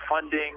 funding